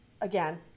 again